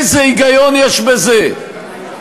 איזה היגיון יש בזה?